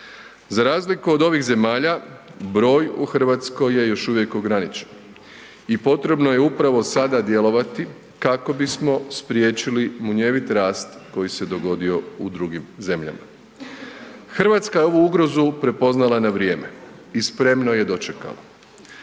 Za razliku od ovih zemalja broj u Hrvatskoj je još uvijek ograničen i potrebno je upravo sada djelovati kako bismo spriječili munjevit rast koji se dogodio u drugim zemljama. Hrvatska je ovu ugrozu prepoznala na vrijeme i spremno je dočekala.